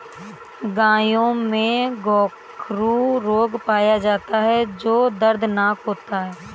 गायों में गोखरू रोग पाया जाता है जो दर्दनाक होता है